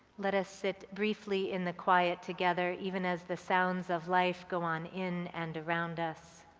let us sit briefly in the quiet together, even as the sounds of life go on in and around us.